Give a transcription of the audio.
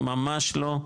ממש לא.